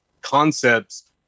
concepts